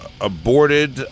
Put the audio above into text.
Aborted